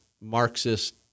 Marxist